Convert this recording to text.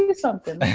and something.